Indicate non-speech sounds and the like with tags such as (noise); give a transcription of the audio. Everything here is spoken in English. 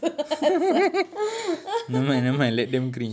(laughs)